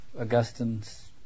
Augustine's